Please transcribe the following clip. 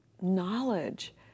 knowledge